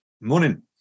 Morning